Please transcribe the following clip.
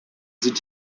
sind